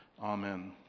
Amen